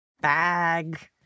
Bag